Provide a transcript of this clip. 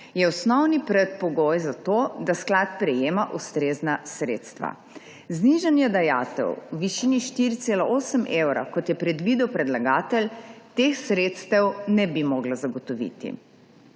je osnovni predpogoj za to, da sklad prejema ustrezna sredstva. Znižanje dajatev v višini 4,8 evra, kot je predvidel predlagatelj, teh sredstev ne bi moglo zagotoviti.